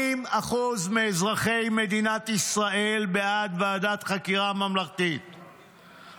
80% מאזרחי מדינת ישראל בעד ועדת חקירה ממלכתית,